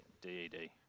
D-E-D